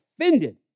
offended